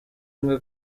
imwe